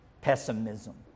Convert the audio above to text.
pessimism